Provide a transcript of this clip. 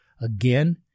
again